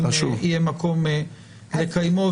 אם יהיה מקום לקיימו,